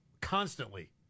Constantly